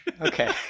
Okay